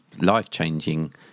life-changing